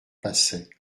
passais